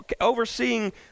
overseeing